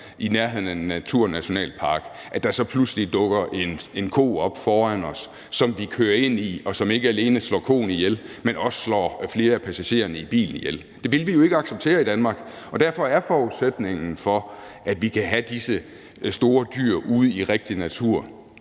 i nærheden af en naturnationalpark, så pludselig dukker en ko op foran os, som vi kører ind i, hvilket ikke alene slår koen ihjel, men også slår flere af passagererne i bilen ihjel. Det vil vi jo ikke acceptere i Danmark, og derfor er forudsætningen for, at vi kan have disse store dyr ude i rigtig natur